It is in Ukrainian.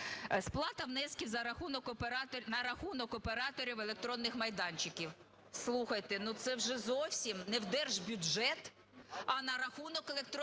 Сплата внесків на рахунок операторів електронних майданчиків. Слухайте, ну це вже зовсім – не в держбюджет, а на рахунок електронних майданчиків.